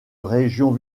région